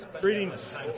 Greetings